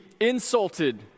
insulted